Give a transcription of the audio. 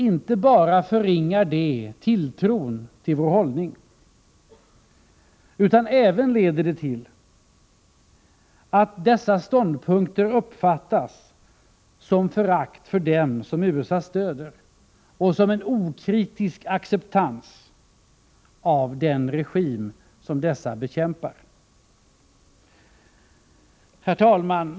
Inte bara förringar det tilltron till vår hållning, utan även leder det till att sådana ståndpunkter uppfattas som förakt för dem som USA stöder och som en okritisk acceptans av den regim som dessa bekämpar. Herr talman!